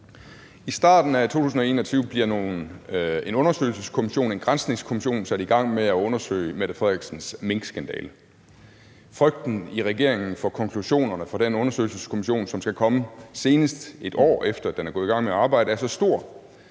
I starten af 2021 bliver en undersøgelseskommission, en granskningskommission, sat i gang med at undersøge Mette Frederiksens minkskandale. Frygten i regeringen for konklusionerne fra den undersøgelseskommission, som skal komme, senest et år efter at den er gået i gang med at arbejde, er så stor,